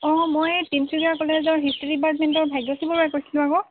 অ মই এই তিনিচুকীয়া কলেজৰ হিষ্ট্ৰি ডিপাৰ্টমেণ্টৰ ভাগ্যশ্ৰী বৰাই কৈছিলোঁ আকৌ